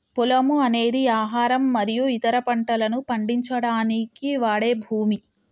పొలము అనేది ఆహారం మరియు ఇతర పంటలను పండించడానికి వాడే భూమి